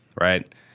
right